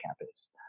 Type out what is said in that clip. campus